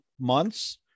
months